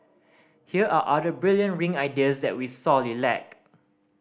here are other brilliant ring ideas that we sorely lack